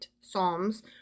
psalms